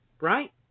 right